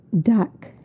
duck